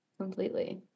Completely